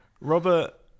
Robert